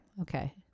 Okay